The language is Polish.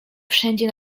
wszędzie